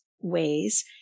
ways